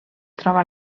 troba